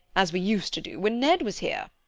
as we used to do when ned was here.